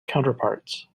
counterparts